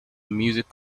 music